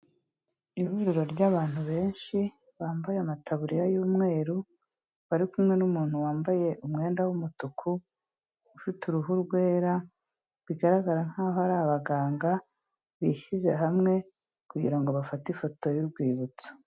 Ihuriro ry'abantu benshi bambaye amataburiya y'umweru bari kumwe n'umuntu wambaye umwenda w'umutuku, ufite uruhu rwera bigaragara nkaho ari abaganga bishyize hamwe kugira ngo bafate ifoto y'urwibutso.